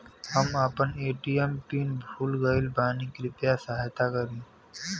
हम आपन ATM PIN भूल गईल बानी कृपया सहायता करी